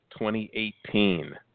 2018